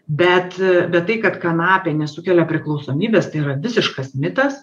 bet bet tai kad kanapė nesukelia priklausomybės tai yra visiškas mitas